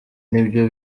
nibyo